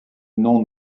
non